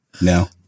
No